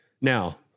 now